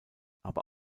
aber